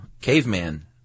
caveman